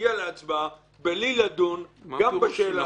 להגיע להצבעה בלי לדון גם בשאלה הזאת.